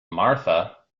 martha